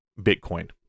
Bitcoin